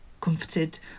comforted